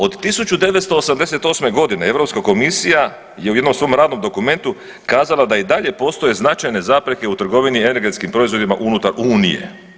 Od 1988. godine Europska komisija je u jednom svom radnom dokumentu kazala da i dalje postoje značajne zapreke u trgovini energetskim proizvodima unutar unije.